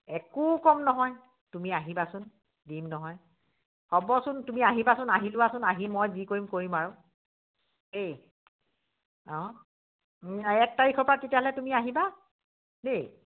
একো কম নহয় তুমি আহিবাচোন দিম নহয় হ'বচোন তুমি আহিবাচোন আহি লোৱাচোন আহি মই যি কৰিম কৰিম আৰু দেই অঁ এক তাৰিখৰ পৰা তেতিয়াহ'লে তুমি আহিবা দেই